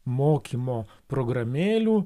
mokymo programėlių